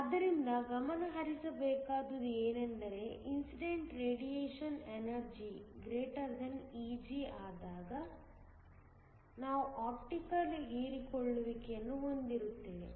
ಆದ್ದರಿಂದ ಗಮನ ಹರಿಸಬೇಕಾದುದು ಏನೆಂದರೆ ಇನ್ಸಿಡೆಂಟ್ ರೇಡಿಯೇಶನ್ ಎನರ್ಜಿ ≥ Eg ಆದಾಗ ನಾವು ಆಪ್ಟಿಕಲ್ ಹೀರಿಕೊಳ್ಳುವಿಕೆಯನ್ನು ಹೊಂದಿರುತ್ತೇವೆ